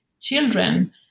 children